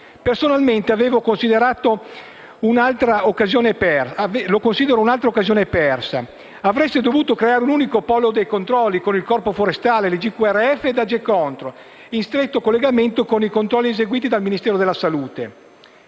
Personalmente la considero un'altra occasione persa: avreste dovuto creare un unico polo dei controlli con il Corpo forestale, ICQRF e Agecontrol, in stretto collegamento con i controlli eseguiti del Ministero della salute.